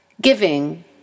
Giving